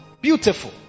Beautiful